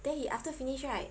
then he after finish right